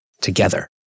together